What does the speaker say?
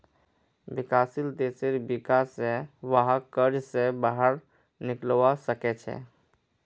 विकासशील देशेर विका स वहाक कर्ज स बाहर निकलवा सके छे